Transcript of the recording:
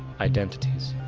identities.